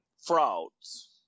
frauds